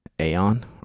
aeon